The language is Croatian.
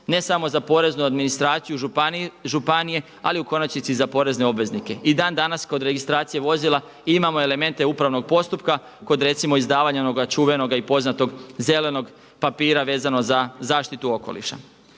ne samo za poreznu administraciju županije, ali u konačnici i za porezne obveznike. I dan danas kod registracije vozila imamo element upravnog postupka kod recimo izdavanja onoga čuvenog i poznatog zelenog papira vezano za zaštitu okoliša.